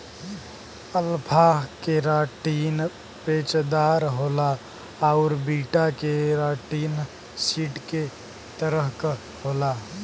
alpha keratin पेचदार होला आउर बीटा केराटिन सीट के तरह क होला